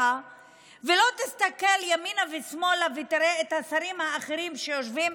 ולא תסתכל ימינה ושמאלה ותראה את השרים האחרים שיושבים,